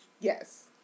Yes